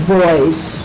voice